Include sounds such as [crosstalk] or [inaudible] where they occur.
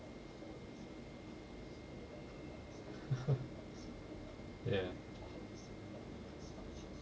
[laughs] ya